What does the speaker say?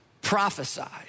prophesied